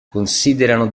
considerano